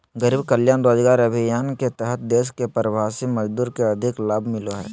गरीब कल्याण रोजगार अभियान के तहत देश के प्रवासी मजदूर के अधिक लाभ मिलो हय